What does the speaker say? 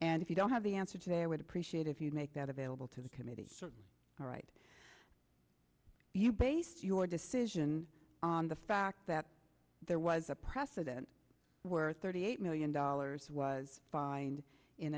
and if you don't have the answer today would appreciate if you make that available to the committee all right you based your decision on the fact that there was a precedent where thirty eight million dollars was fined in